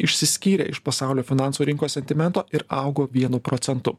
išsiskyrė iš pasaulio finansų rinkos sentimento ir augo vienu procentu